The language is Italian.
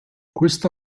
questo